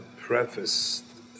preface